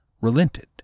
relented